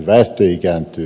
väestö ikääntyy